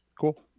Cool